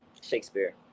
shakespeare